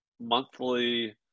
monthly